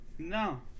No